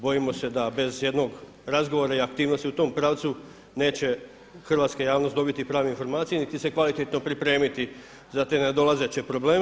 Bojimo se da bez jednog razgovora i aktivnosti u tom pravcu neće hrvatska javnost dobiti prave informacije niti se kvalitetno pripremiti za te nadolazeće probleme.